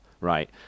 right